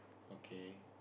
okay